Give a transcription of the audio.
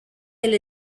elle